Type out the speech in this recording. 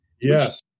Yes